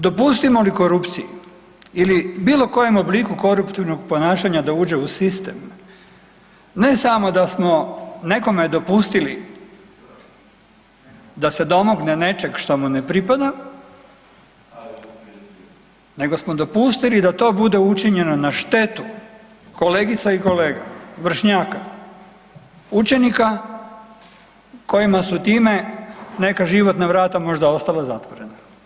Dopustimo li korupciji ili bilo kojem obliku koruptivnog ponašanja da uđe u sistem, ne samo da smo nekome dopustili da se domogne nečeg što mu ne pripada nego smo dopustili da to bude učinjeno na štetu kolegica i kolega, vršnjaka, učenika kojima su time neka životna vrata možda ostala zatvorena.